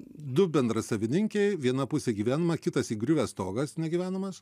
du bendrasavininkiai viena pusė gyvenama kitas įgriuvęs stogas negyvenamas